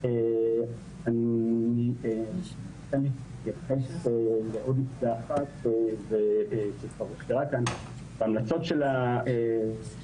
אני אתייחס לעוד נקודה אחת שכבר הוזכרה כאן: בהמלצות של הוועדה